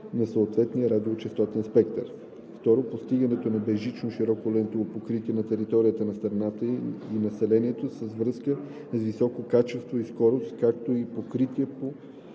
на съответния радиочестотен спектър; 2. постигането на безжично широколентово покритие на територията на страната и населението с връзка с високо качество и скорост, както и покритие по